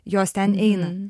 jos ten eina